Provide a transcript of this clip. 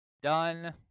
Done